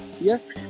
Yes